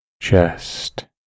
chest